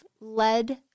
led